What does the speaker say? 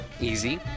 easy